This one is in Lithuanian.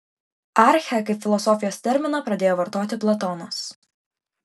archę kaip filosofijos terminą pradėjo vartoti platonas